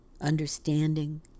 understanding